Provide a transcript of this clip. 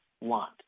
want